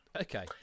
Okay